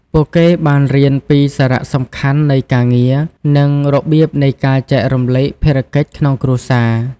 ពួកគេបានរៀនពីសារៈសំខាន់នៃការងារ និងរបៀបនៃការចែករំលែកភារកិច្ចក្នុងគ្រួសារ។